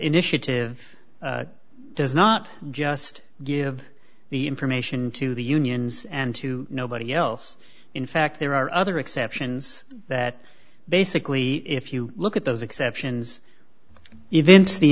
initiative does not just give the information to the unions and to nobody else in fact there are other exceptions that basically if you look at those exceptions even see the